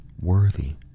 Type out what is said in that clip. worthy